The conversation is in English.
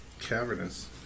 cavernous